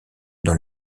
dans